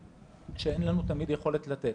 שאין לנו תמיד יכולת לתת.